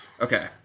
Okay